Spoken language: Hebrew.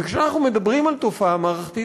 וכשאנחנו מדברים על תופעה מערכתית